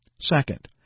Second